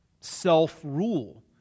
Self-rule